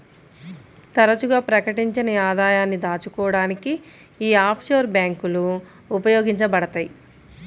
తరచుగా ప్రకటించని ఆదాయాన్ని దాచుకోడానికి యీ ఆఫ్షోర్ బ్యేంకులు ఉపయోగించబడతయ్